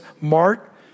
Mark